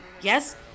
Yes